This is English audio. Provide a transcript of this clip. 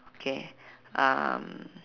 okay um